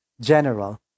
general